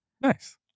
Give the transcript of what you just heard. Nice